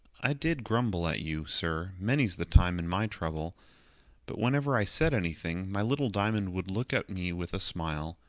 i did grumble at you, sir, many's the time in my trouble but whenever i said anything, my little diamond would look at me with a smile,